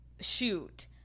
shoot